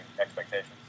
expectations